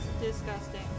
Disgusting